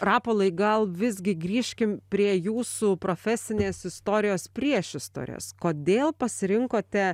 rapolai gal visgi grįžkim prie jūsų profesinės istorijos priešistorės kodėl pasirinkote